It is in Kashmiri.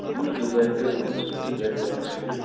یُس ڈِزایَِن تُہۍ ونِو سُہ ڈِزایِن بَنہِ سُووِتھ